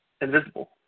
invisible